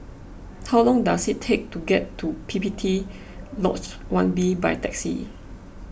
how long does it take to get to P P T Lodge one B by taxi